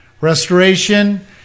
Restoration